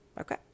okay